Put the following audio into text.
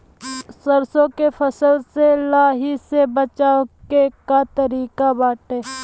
सरसो के फसल से लाही से बचाव के का तरीका बाटे?